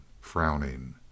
frowning